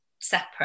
separate